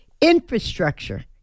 Infrastructure